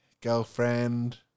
girlfriend